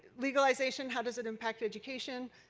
legallation how does it impact education.